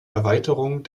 erweiterung